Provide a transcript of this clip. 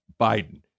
Biden